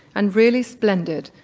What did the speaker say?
and really splendid,